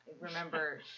Remember